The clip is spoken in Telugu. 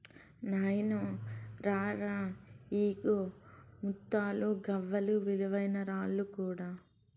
నాయినో రా రా, ఇయ్యిగో ముత్తాలు, గవ్వలు, విలువైన రాళ్ళు కూడా